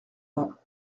bas